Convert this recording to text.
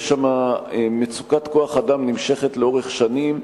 יש שם מצוקת כוח-אדם נמשכת לאורך שנים.